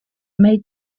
made